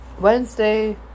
Wednesday